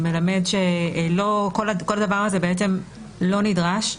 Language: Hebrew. מלמד שכל הדבר הזה לא נדרש.